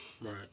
Right